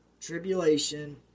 tribulation